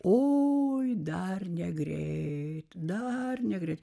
o dar negreit dar negreit